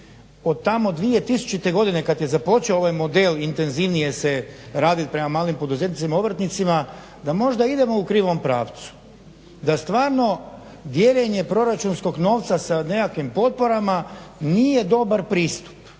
od tamo 2000. godine kad je započeo ovaj model intenzivnije se radit prema malim poduzetnicima, obrtnicima, da možda idemo u krivom pravcu, da stvarno dijeljenje proračunskog novca sa nekakvim potporama nije dobar pristup